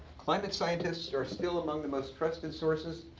climate scientists are still among the most trusted sources.